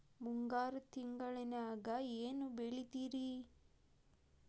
ಮುಂಗಾರು ತಿಂಗಳದಾಗ ಏನ್ ಬೆಳಿತಿರಿ?